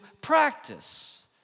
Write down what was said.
practice